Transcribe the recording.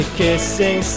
kissing